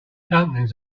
dumplings